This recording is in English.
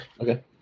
Okay